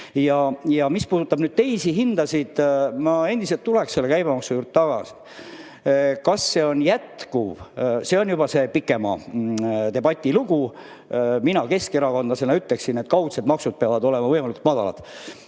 aega. Mis puudutab teisi hindasid, siis ma tuleks käibemaksu juurde tagasi. Kas see on jätkuv? See on juba pikema debati teema. Mina keskerakondlasena ütleksin, et kaudsed maksud peavad olema võimalikult madalad